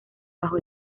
bajo